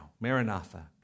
Maranatha